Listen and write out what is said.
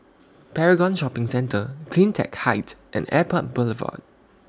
Paragon Shopping Centre CleanTech Height and Airport Boulevard